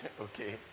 Okay